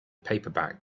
paperback